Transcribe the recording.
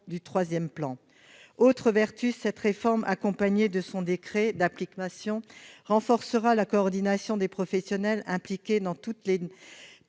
du troisième plan. Autre vertu, cette réforme, accompagnée de son décret d'application, renforcera la coordination des professionnels impliqués dans tous les